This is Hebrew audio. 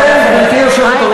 לכן אני מבקש,